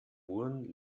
murren